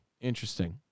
Interesting